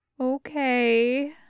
Okay